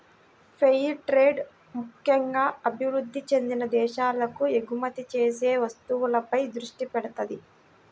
fair trade ముక్కెంగా అభివృద్ధి చెందిన దేశాలకు ఎగుమతి చేసే వస్తువులపై దృష్టి పెడతది